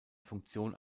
funktion